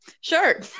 Sure